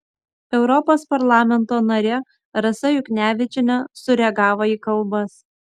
europos parlamento narė rasa juknevičienė sureagavo į kalbas